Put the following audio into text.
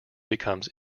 becomes